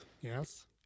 Yes